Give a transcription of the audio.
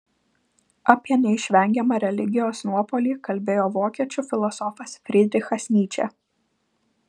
apie neišvengiamą religijos nuopuolį kalbėjo vokiečių filosofas frydrichas nyčė